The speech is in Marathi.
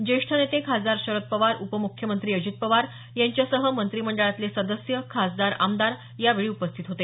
ज्येष्ठ नेते खासदार शरद पवार उपम्ख्यमंत्री अजित पवार यांच्यासह मंत्रिमंडळातले सदस्य खासदार आमदार यावेळी उपस्थित होते